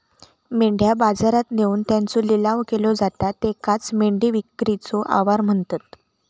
मेंढ्या बाजारात नेऊन त्यांचो लिलाव केलो जाता त्येकाचं मेंढी विक्रीचे आवार म्हणतत